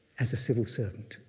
as a civil servant,